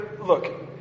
Look